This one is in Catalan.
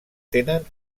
tenen